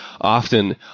often